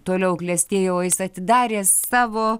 toliau klestėjo o jis atidarė savo